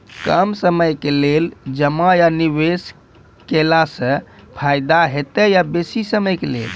कम समय के लेल जमा या निवेश केलासॅ फायदा हेते या बेसी समय के लेल?